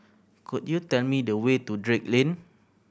could you tell me the way to Drake Lane